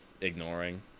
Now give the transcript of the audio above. ignoring